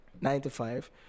nine-to-five